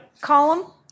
column